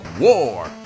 WAR